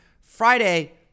Friday